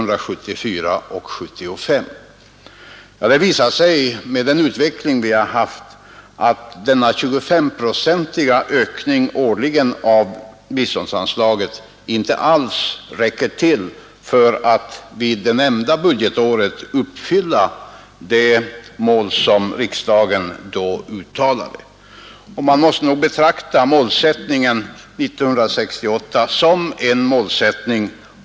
Med den utveckling som ägt rum räcker emellertid denna årliga 25-procentiga ökning av biståndsanslagen inte alls till för att det av riksdagen 1968 uppställda målet skall uppnås under det nämnda budgetåret. Man måste nog betrakta 1968 års målsättning just som en målsättning.